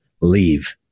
leave